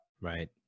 Right